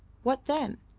what then?